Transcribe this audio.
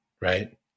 right